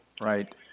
Right